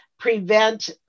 prevent